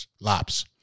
laps